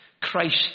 Christ